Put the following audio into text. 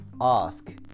ask